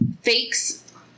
fakes